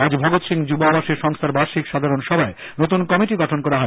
আজ ভগৎ সিং যুব আবাসে সংস্থার বার্ষিক সাধারণ সভায় নতুন কমিটি গঠন করা হয়